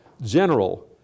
general